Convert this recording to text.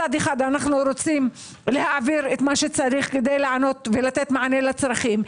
מצד אחד אנחנו רוצים להעביר את מה שצריך כדי לתת מענה לצרכים,